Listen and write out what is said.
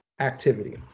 activity